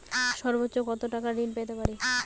সর্বোচ্চ কত টাকা ঋণ পেতে পারি?